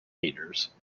meters